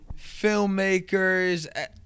filmmakers